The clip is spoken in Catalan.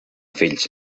fills